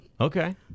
Okay